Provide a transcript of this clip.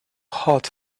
hot